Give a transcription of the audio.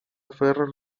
ferrer